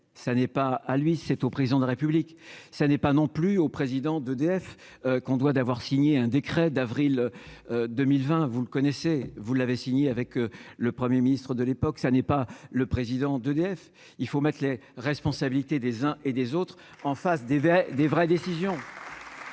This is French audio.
ça n'est pas à lui, c'est au président de la République, ça n'est pas non plus au président d'EDF, qu'on doit d'avoir signé un décret d'avril 2020, vous le connaissez, vous l'avez signé avec le Premier Ministre de l'époque, ça n'est pas le président d'EDF, il faut mettre les responsabilités des uns et des autres en face des Verts, des vraies décisions.